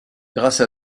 grâce